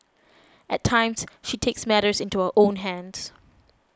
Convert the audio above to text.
at times she takes matters into her own hands